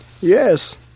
Yes